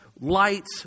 lights